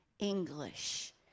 English